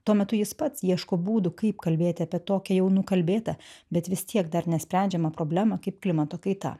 tuo metu jis pats ieško būdų kaip kalbėti apie tokią jau nukalbėta bet vis tiek dar nesprendžiamą problemą kaip klimato kaita